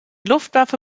luftwaffe